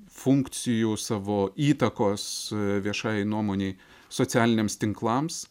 funkcijų savo įtakos viešajai nuomonei socialiniams tinklams